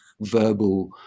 verbal